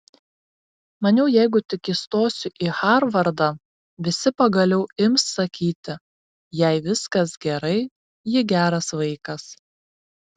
maniau jeigu tik įstosiu į harvardą visi pagaliau ims sakyti jai viskas gerai ji geras vaikas